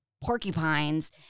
porcupines